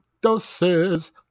doses